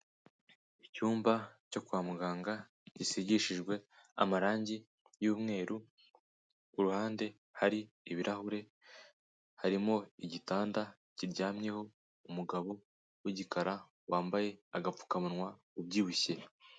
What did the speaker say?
Icyumba cyo kwa muganga gisigishijwe amarangi y'umweru, ku ruhande hari ibirahure, harimo igitanda kiryamyeho umugabo w'igikara wambaye agapfukamunwa ubyibushye.